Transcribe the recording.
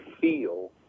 feel